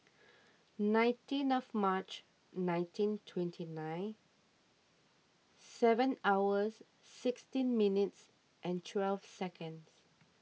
nineteen of March nineteen twenty nine seven hours sixteen minutes and twelve seconds